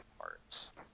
parts